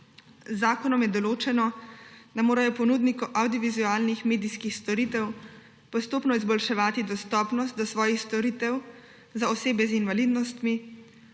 zakonom je določeno, da morajo ponudniki avdiovizualnih medijskih storitev postopno izboljševati dostopnost do svojih storitev za osebe z invalidnostmi,